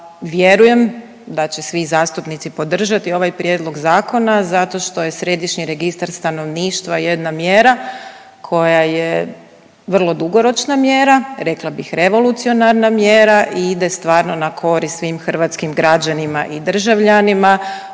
Vjerujem da će svi zastupnici podržati ovaj prijedlog zakona zato što je Središnji registar stanovništva jedna mjera koja je vrlo dugoročna mjera, rekla bih revolucionarna mjera i ide stvarno na korist svim hrvatskim građanima i državljanima.